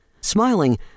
Smiling